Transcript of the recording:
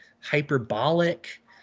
hyperbolic